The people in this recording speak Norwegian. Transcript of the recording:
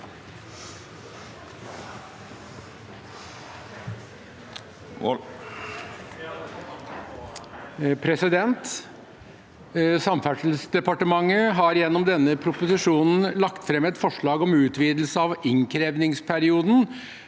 Samferdselsdeparte- mentet har gjennom denne proposisjonen lagt fram et forslag om utvidelse av innkrevingsperioden